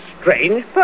strange